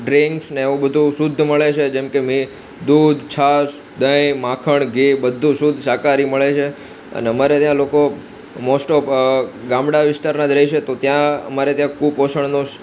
ડ્રિંક્સને એવું બધું શુદ્ધ મળે છે જેમ કે મેં દૂધ છાશ દહીં માખણ ઘી બધું શુદ્ધ શાકાહારી મળે છે અને અમારે ત્યાં લોકો મોસ્ટ ઓફ ગામડા વિસ્તારના જ રહે છે તો ત્યાં અમારે ત્યાં કુપોષણનો